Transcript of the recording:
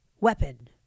weapon